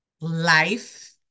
life